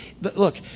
Look